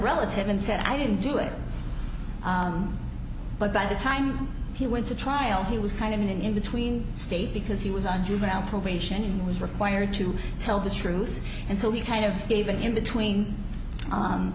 relative and said i didn't do it but by the time he went to trial he was kind of in an in between state because he was on juvenile probation and was required to tell the truth and so he kind of gave an in between